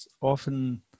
often